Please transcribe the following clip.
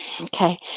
Okay